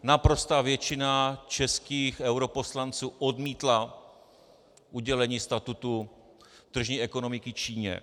Naprostá většina českých europoslanců odmítla udělení statutu tržní ekonomiky Číně.